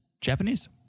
Japanese